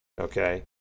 okay